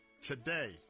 today